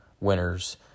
winners